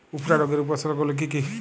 উফরা রোগের উপসর্গগুলি কি কি?